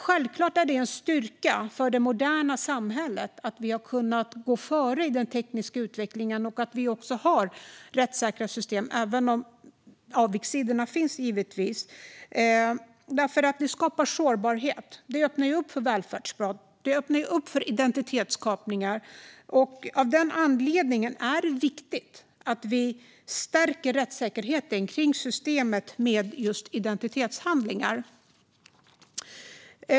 Självklart är det en styrka för det moderna samhället att vi har kunnat gå före i den tekniska utvecklingen och att vi har rättssäkra system. Men det finns givetvis avigsidor. Det skapar sårbarhet och öppnar för välfärdsbrott och identitetskapningar. Av den anledningen är det viktigt att vi stärker rättssäkerheten kring systemet med identitetshandlingar.